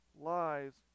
lives